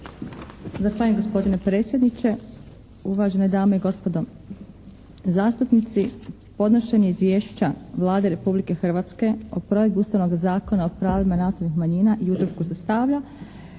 Zahvaljujem. Gospodine predsjedniče, uvažene dame i gospodo zastupnici. Podnošenjem izvješća Vlade Republike Hrvatske o provedbi ustavnog Zakona o pravima nacionalnih manjina i utrošku sredstava